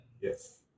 Yes